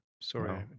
Sorry